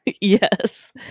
Yes